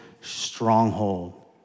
stronghold